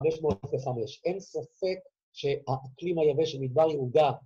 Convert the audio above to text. ‫505, אין ספק שהאקלים היבש ‫של מדבר יהודה...